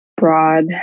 broad